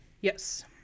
yes